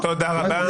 תודה רבה.